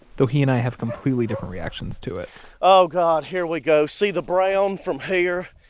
though he and i have completely different reactions to it oh god, here we go. see the brown from here?